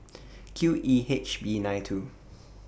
Q E H B nine two